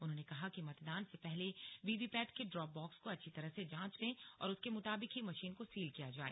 उन्होंने कहा कि मतदान से पहले वीवीपैट के ड्रॉप बाक्स को अच्छी तरह से जांच लें और उसके मुताबिक ही मशीन को सील किया जाय